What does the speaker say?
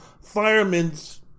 firemen's